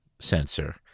sensor